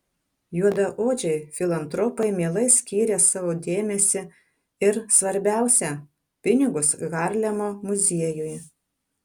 juodaodžiai filantropai mielai skyrė savo dėmesį ir svarbiausia pinigus harlemo muziejui